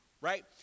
right